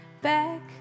back